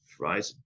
Right